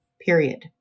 period